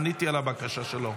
עניתי על הבקשה שלו.